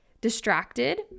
distracted